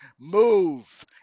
move